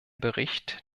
bericht